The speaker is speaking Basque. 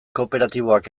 kooperatiboak